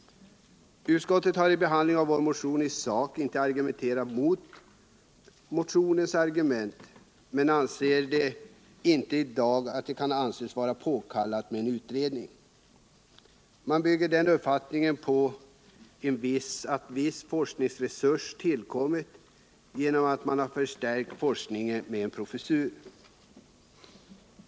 Utskottet har vid behandlingen av vår motion inte i sak bemött våra 133 argument men anser att det i dag inte kan anses vara påkallat med en utredning. Man bygger denna uppfattning på att en viss forskningsresurs tillkommit genom att giftforskningen förstärkts med en professur.